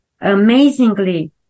Amazingly